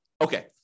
Okay